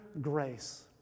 grace